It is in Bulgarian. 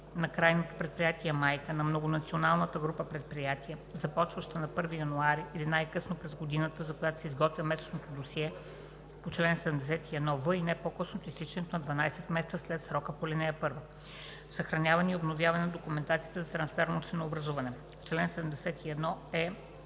на крайното предприятие майка на многонационалната група предприятия, започваща на 1 януари или по-късно през годината, за която се изготвя местното досие по чл. 71в, не по-късно от изтичането на 12 месеца след срока по ал. 1. Съхраняване и обновяване на документацията за трансферно ценообразуване Чл. 71е.